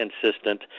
consistent